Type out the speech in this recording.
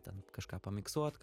ten kažką pamiksuot